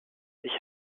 ich